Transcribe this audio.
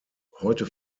heute